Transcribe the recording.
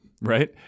right